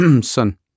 son